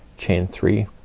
chain three,